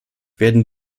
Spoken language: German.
werden